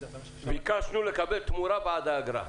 ביקשנו לקבל תמורה בעד האגרה.